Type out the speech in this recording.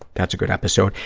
that's a good episode.